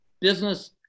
business